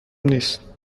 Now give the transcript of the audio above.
نیست